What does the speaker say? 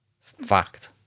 Fact